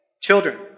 Children